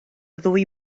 ddwy